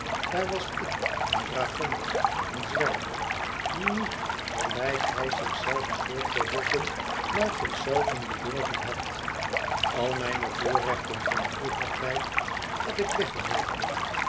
daar was ik een dragonder een zwerver die niet gelijk hij zich zelven voortgeholpen maar zich zelven bedorven had al mijne voorrechten van vroeger tijd had ik weggeworpen